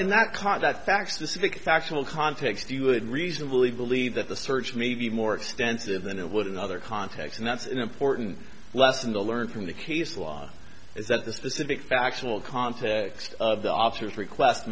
and not caught that fact specific factual context you would reasonably believe that the search may be more extensive than it would in another context and that's an important lesson to learn from the case law is that the specific factual context of the officers request